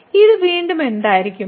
ഇത് വീണ്ടും എന്തായിരിക്കും